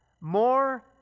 More